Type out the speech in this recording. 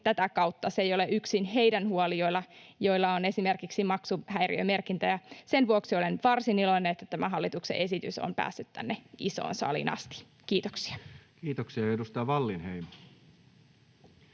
huoli — se ei ole yksin heidän huolensa, joilla on esimerkiksi maksuhäiriömerkintöjä. Sen vuoksi olen varsin iloinen, että tämä hallituksen esitys on päässyt tänne isoon saliin asti. — Kiitoksia. Kiitoksia. — Edustaja Wallinheimo